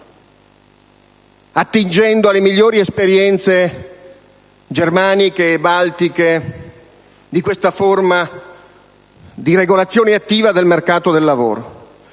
attingendo dalle similari esperienze germaniche e baltiche questa forma di regolazione attiva del mercato del lavoro.